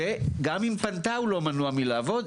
גם אם פנתה הוא לא מנוע מלעבוד,